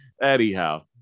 Anyhow